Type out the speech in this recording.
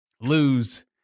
lose